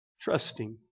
Trusting